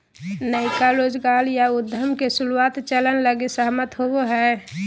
नयका रोजगार या उद्यम के शुरुआत चरण लगी सहमत होवो हइ